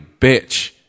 bitch